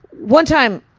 one time,